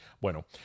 Bueno